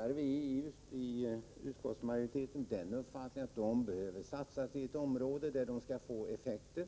har vi i utskottsmajoriteten den uppfattningen att de skall satsas i områden där de får effekter.